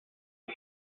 are